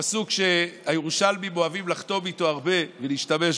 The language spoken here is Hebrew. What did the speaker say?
פסוק שהירושלמים אוהבים לחתום איתו הרבה ולהשתמש בו: